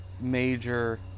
Major